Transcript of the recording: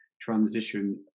transition